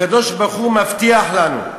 הקדוש-ברוך-הוא מבטיח לנו: